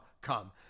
come